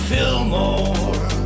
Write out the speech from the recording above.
Fillmore